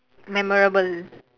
memorable